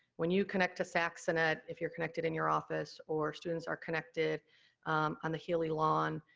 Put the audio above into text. when you connect to saxanet, if you're connected in your office, or students are connected on the healy lawn,